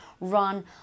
run